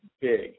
big